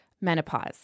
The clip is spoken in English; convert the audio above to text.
menopause